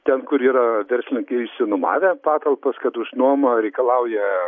ten kur yra verslininkai išsinuomavę patalpas kad už nuomą reikalauja